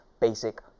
basic